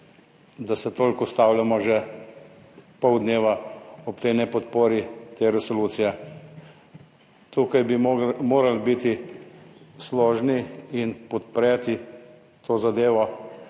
da se toliko ustavljamo že pol dneva ob tej nepodpori te resolucije. Tukaj bi morali biti složni in podpreti to zadevo.